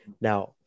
Now